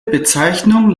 bezeichnung